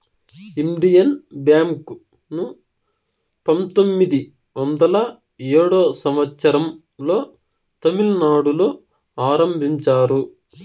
Indian bank ను పంతొమ్మిది వందల ఏడో సంవచ్చరం లో తమిళనాడులో ఆరంభించారు